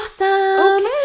Awesome